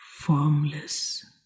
formless